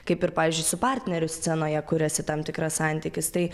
kaip ir pavyzdžiui su partneriu scenoje kuriasi tam tikras santykis tai